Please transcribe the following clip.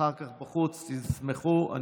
אחר כך תשמחו בחוץ.